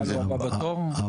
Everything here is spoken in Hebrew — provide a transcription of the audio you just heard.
אני